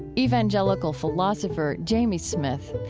evangelical philosopher jamie smith.